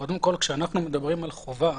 קודם כול, כשאנחנו מדברים על חובה,